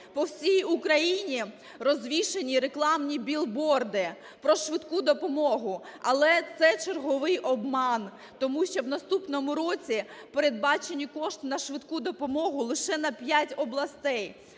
По всій Україні розвішані рекламні біл-борди про швидку допомогу, але це черговий обман, тому що в наступному році передбачені кошти на швидку допомогу лише на 5 областей: